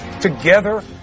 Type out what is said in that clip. Together